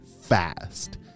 fast